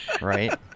right